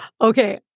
Okay